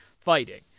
fighting